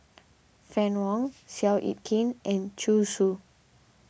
Fann Wong Seow Yit Kin and Zhu Xu